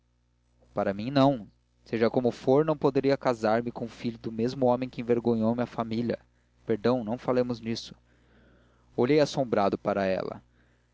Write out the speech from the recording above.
para mim não seja como for não poderia casar-me com o filho do mesmo homem que envergonhou minha família perdão não falemos nisto olhei assombrado para ela